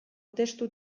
testu